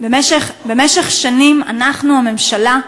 במשך שנים, אנחנו, הממשלה,